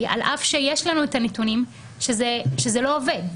על אף שיש לנו את הנתונים שזה לא עובד.